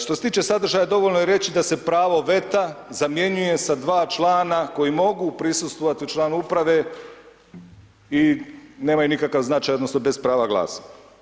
Što se tiče sadržaja dovoljno je reći da se pravo veta zamjenjuje sa dva člana koji mogu prisustvovati u članu uprave i nemaju nikakav značaj odnosno bez prava glasa.